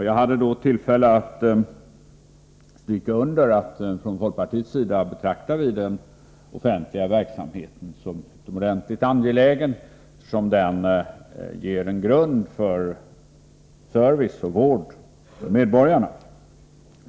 Jag hade då tillfälle att stryka under att vi från folkpartiets sida betraktade den offentliga verksamheten som utomordentligt angelägen, eftersom den ger en grund för service och vård åt medborgarna.